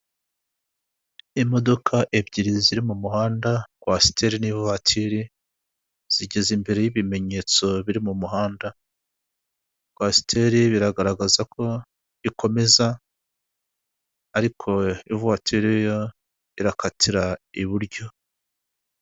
Imodoka ebyiri ziri mu muhanda, kwasiteri n'ivatiri, zigeze imbere y'ibimenyetso biri mu muhanda, kwasiteri biragaragaza ko ikomeza ariko ivatiri irakatira iburyo.